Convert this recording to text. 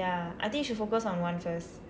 ya I think you should focus on one first